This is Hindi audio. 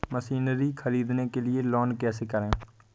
मशीनरी ख़रीदने के लिए लोन कैसे करें?